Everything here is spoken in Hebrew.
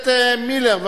מילר.